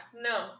no